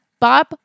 Bob